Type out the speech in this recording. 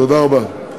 תודה רבה.